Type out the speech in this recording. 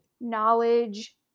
knowledge